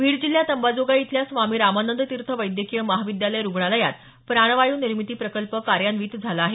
बीड जिल्ह्यात अंबाजोगाई इथल्या स्वामी रामानंद तीर्थ वैद्यकीय महाविद्यालय रुग्णालयात प्राणवायू निर्मिती प्रकल्प कार्यान्वीत झाला आहे